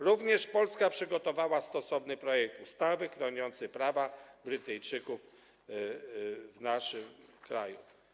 Również Polska przygotowała stosowny projekt ustawy chroniącej prawa Brytyjczyków w naszym kraju.